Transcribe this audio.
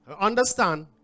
Understand